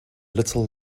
little